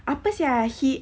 apa sia he